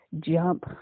jump